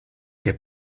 che